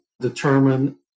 determine